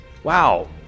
Wow